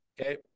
Okay